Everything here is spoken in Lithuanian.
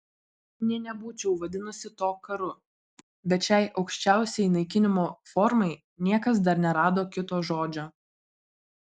nė nebūčiau vadinusi to karu bet šiai aukščiausiai naikinimo formai niekas dar nerado kito žodžio